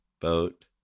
boat